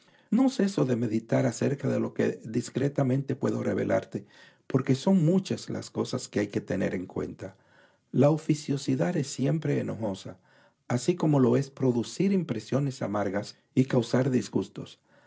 no ceso de meditar acerca de lo que discretamente puedo revelarte porque son muchas las cosas que hay que tener en cuenta la oficiosidad es siempre enojosa así como lo es producir impresiones amargas y causar disgustos